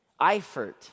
Eifert